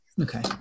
Okay